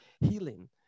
healing